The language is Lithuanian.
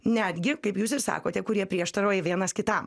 netgi kaip jūs ir sakote kurie prieštarauja vienas kitam